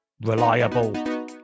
Reliable